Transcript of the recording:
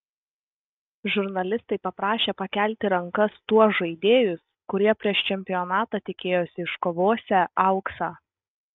žurnalistai paprašė pakelti rankas tuos žaidėjus kurie prieš čempionatą tikėjosi iškovosią auksą